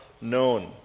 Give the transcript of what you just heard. known